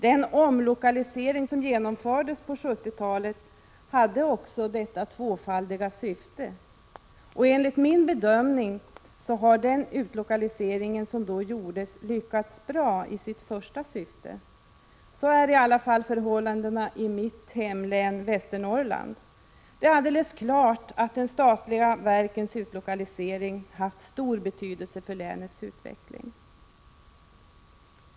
Den omlokalisering som genomfördes på 70-talet hade också detta tvåfaldiga syfte. Enligt min bedömning har den utlokalisering som då gjordes lyckats bra i sitt första syfte. Så är i alla fall förhållandena i mitt hemlän Västernorrland. Det är alldeles klart att de statliga verkens utlokalisering haft stor betydelse för länets utveckling.